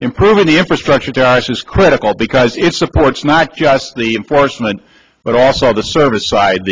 improving the infrastructure is critical because it supports not just the enforcement but also the service side